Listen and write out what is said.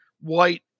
white